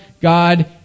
God